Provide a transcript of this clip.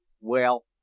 Well